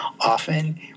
often